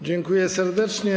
Dziękuję serdecznie.